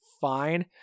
fine